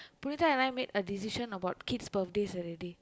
Punitha and I made a decision about kids' birthdays already